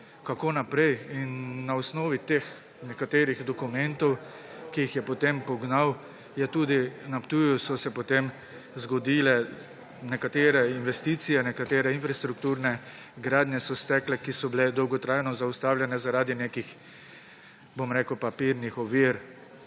kako naprej. Na osnovi teh nekaterih dokumentov, ki jih je potem pognal, so se potem tudi na Ptuju zgodile nekatere investicije, nekatere infrastrukturne gradnje so stekle, ki so bile dolgotrajno zaustavljene zaradi nekih papirnih ovir.